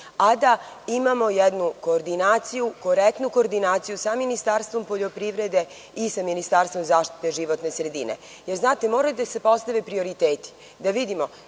a da imamo jednu koordinaciju, korektnu koordinaciju sa Ministarstvom poljoprivrede i sa Ministarstvom zaštite životne sredine. Znate, moraju da se postave prioriteti da vidimo